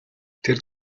тэр